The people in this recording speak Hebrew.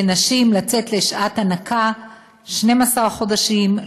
לנשים לצאת לשעת הנקה 12 חודשים,